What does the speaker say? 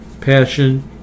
passion